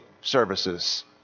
services